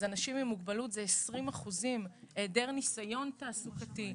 אז אנשים עם מוגבלות זה 20% עם היעדר ניסיון תעסוקתי.